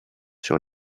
sur